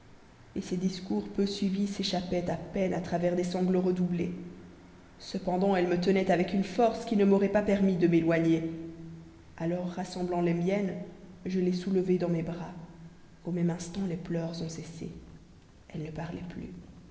et ces discours peu suivis s'échappaient à peine à travers des sanglots redoublés cependant elle me tenait avec une force qui ne m'aurait pas permis de m'éloigner alors rassemblant les miennes je l'ai soulevée dans mes bras au même instant les pleurs ont cessé elle ne parlait plus